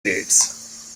grades